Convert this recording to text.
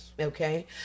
Okay